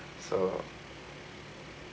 so